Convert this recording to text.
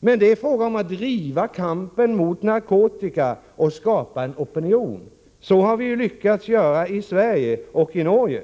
Men det är fråga om att driva kampen mot narkotika och skapa opinion. Så har vi lyckats göra i Sverige och i Norge.